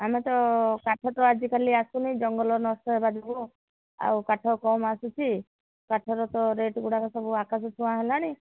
ଆମେ ତ କାଠ ତ ଆଜିକାଲି ଆସୁନି ଜଙ୍ଗଲ ନଷ୍ଟ ହେବା ଯୋଗୁଁ ଆଉ କାଠ କମ୍ ଆସୁଛି କାଠର ତ ରେଟ୍ ଗୁଡ଼ାକ ସବୁ ଆକାଶ ଛୁଆଁ ହେଲାଣି